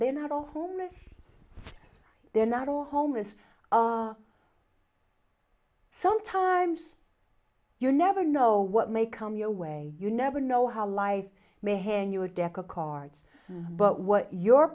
they're not all homeless they're not all homeless sometimes you never know what may come your way you never know how life may hand you a deck of cards but what your